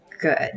good